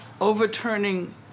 overturning